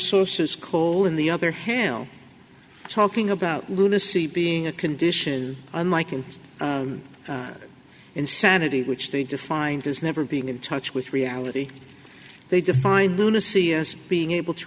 sources coal in the other hand talking about lunacy being a condition unlike in insanity which they defined as never being in touch with reality they define lunacy as being able to